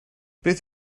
beth